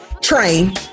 train